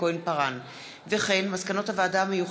מירב